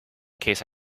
case